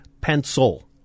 pencil